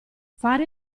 fare